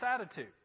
attitude